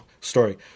story